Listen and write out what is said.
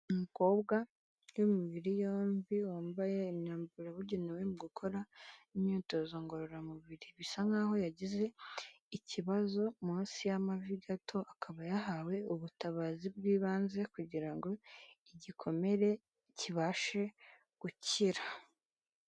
umukobwa w'umubiri yombi wambay eyambarabugenewe mu gukora imyitozo ngororamubiri bisa nkaho yagize ikibazo munsi y'amavi gato akaba yahawe ubutabazi bw'ibanze kugira ngo igikomere kibashe gukira